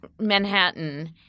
Manhattan